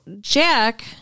Jack